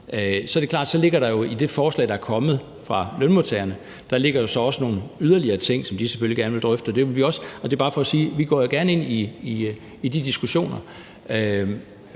Så er det klart, at der i det forslag, der er kommet fra lønmodtagerne, ligger nogle yderligere ting, som de selvfølgelig gerne vi drøfte, og det vil vi også. Det er bare for at sige: Vi går gerne ind i de diskussioner.